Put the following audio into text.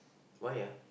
why ah